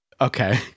Okay